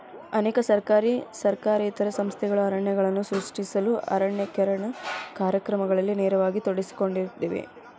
ಅನೇಕ ಸರ್ಕಾರಿ ಸರ್ಕಾರೇತರ ಸಂಸ್ಥೆಗಳು ಅರಣ್ಯಗಳನ್ನು ಸೃಷ್ಟಿಸಲು ಅರಣ್ಯೇಕರಣ ಕಾರ್ಯಕ್ರಮಗಳಲ್ಲಿ ನೇರವಾಗಿ ತೊಡಗಿಸಿಕೊಂಡಿವೆ